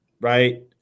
right